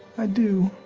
i do.